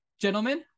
Gentlemen